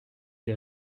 des